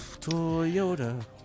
Toyota